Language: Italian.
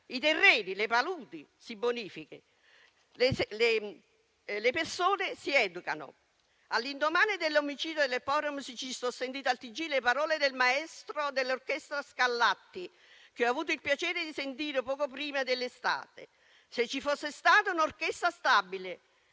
i terreni e le paludi si bonificano ma le persone si educano. All’indomani dell’omicidio del povero musicista, ho sentito a un TG le parole del direttore artistico della Nuova Orchestra Scarlatti, che ho avuto il piacere di sentire poco prima dell’estate: se ci fosse stata un’orchestra stabile